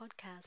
podcast